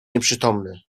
nieprzytomny